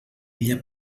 ella